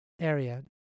area